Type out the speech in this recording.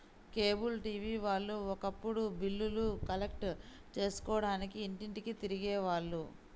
cable TV వాళ్ళు ఒకప్పుడు బిల్లులు కలెక్ట్ చేసుకోడానికి ఇంటింటికీ తిరిగే వాళ్ళు